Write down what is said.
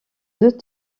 deux